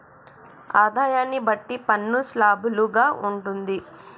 ఆదాయాన్ని బట్టి పన్ను స్లాబులు గా ఉంటుంది